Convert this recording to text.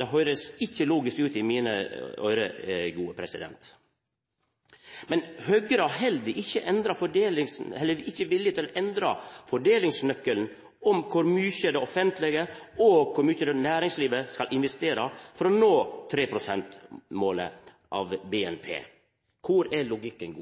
Det høyrest ikkje logisk ut i mine øyre. Men Høgre har heller ikkje vilje til å endra fordelingsnøkkelen om kor mykje det offentlege og kor mykje næringslivet skal investera for å nå 3 pst.-målet av BNP. Kor er logikken?